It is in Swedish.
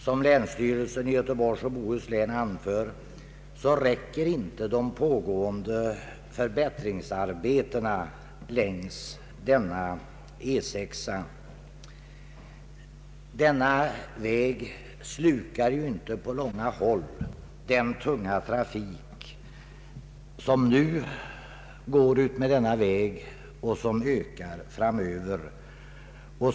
Som länsstyrelsen i Göteborgs och Bohus län anfört, räcker inte de pågående förbättringsarbetena längs E 6. Denna väg slukar ju inte på långa håll den nuvarande tunga trafik som belastar denna väg och som ökar oavbrutet.